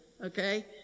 okay